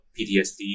PTSD